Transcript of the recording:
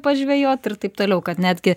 pažvejot ir taip toliau kad netgi